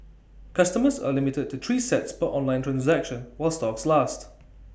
customers are limited to three sets per online transaction while stocks last